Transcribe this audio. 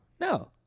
No